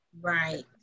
Right